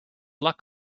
luck